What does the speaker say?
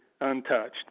untouched